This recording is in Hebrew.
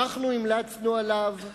אתם המלצתם עליו.